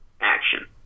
action